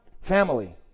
family